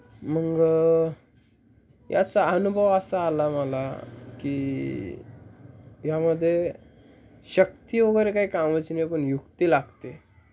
मग याचा अनुभव असा आला मला की यामध्ये शक्ती वगैरे काही कामाची नाही पण युक्ती लागते